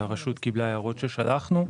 והרשות קיבלה הערות ששלחנו.